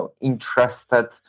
interested